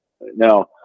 now